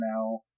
now